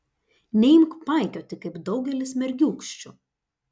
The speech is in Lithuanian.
neimk paikioti kaip daugelis mergiūkščių